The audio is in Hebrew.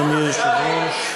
אדוני היושב-ראש.